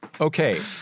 Okay